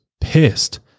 pissed